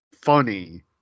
funny